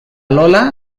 lola